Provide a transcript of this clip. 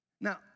Now